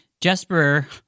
Jesper